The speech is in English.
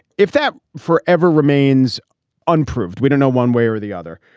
if that forever remains unproved, we don't know one way or the other.